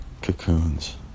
cocoons